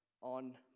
on